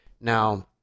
Now